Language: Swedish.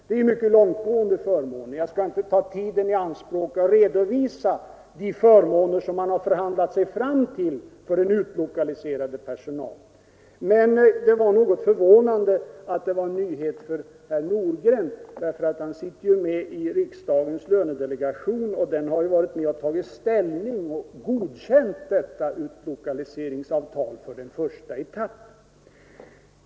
Jag skall inte ta tiden i anspråk för att redovisa de mycket långtgående förmåner som man har förhandlat sig fram till för den utlokaliserade personalen, men det är som sagt något förvånande att detta var en nyhet för herr Nordgren, eftersom han sitter i riksdagens lönedelegation och den har varit med och godkänt detta utlokaliseringsavtal för den första etappen.